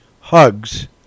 hugs